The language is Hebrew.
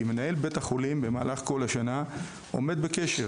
כי מנהל בית החולים במהלך כל השנה עומד בקשר,